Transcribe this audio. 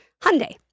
Hyundai